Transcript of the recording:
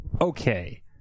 okay